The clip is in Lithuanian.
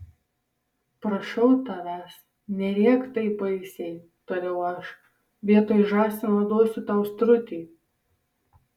prašau tavęs nerėk taip baisiai tariau aš vietoj žąsino duosiu tau strutį